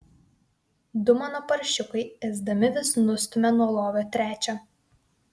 du mano paršiukai ėsdami vis nustumia nuo lovio trečią